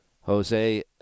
Jose